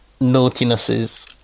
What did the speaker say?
naughtinesses